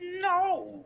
No